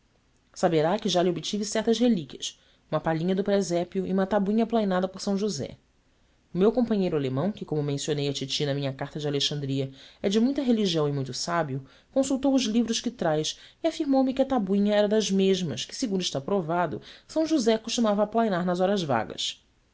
saberá que já lhe obtive certas relíquias uma palhinha do presépio e uma tabuinha aplainada por são josé o meu companheiro alemão que como mencionei à titi na minha carta de alexandria é de muita religião e muito sábio consultou os livros que traz e afirmou-me que a tabuinha era das mesmas que segundo está provado são josé costumava aplainar nas horas vagas